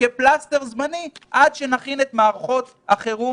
כפלסטר זמני עד שנכין את מערכות החירום,